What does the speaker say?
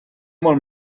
molt